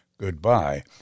goodbye